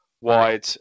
wide